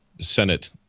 Senate